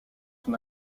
son